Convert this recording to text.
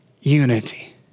unity